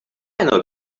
know